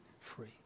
free